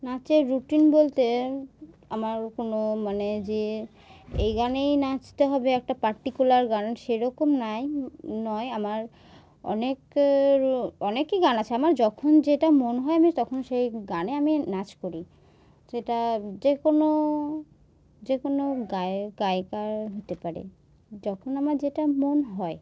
নাচের রুটিন বলতে আমার কোনো মানে যে এই গানেই নাচতে হবে একটা পার্টিকুলার গান সেরকম নেই নয় আমার অনেকের অনেকই গান আছে আমার যখন যেটা মন হয় আমি তখন সেই গানে আমি নাচ করি সেটা যে কোনো যে কোনো গায়েক গায়িকার হতে পারে যখন আমার যেটা মন হয়